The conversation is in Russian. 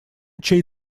чей